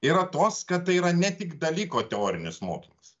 yra tos kad tai yra ne tik dalyko teorinis mokymas